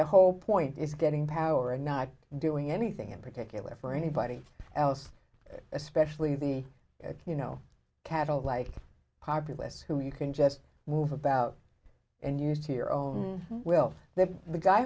the whole point is getting power and not doing anything in particular for anybody else especially the you know cattle like populists who you can just move about and use to your own will that the guy